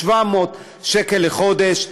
700 שקל לחודש,